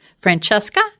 Francesca